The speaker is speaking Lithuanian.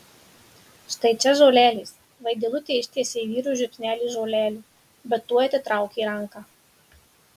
štai čia žolelės vaidilutė ištiesė vyrui žiupsnelį žolelių bet tuoj atitraukė ranką